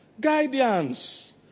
Guidance